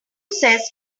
says